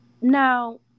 now